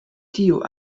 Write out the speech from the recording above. tiu